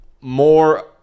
more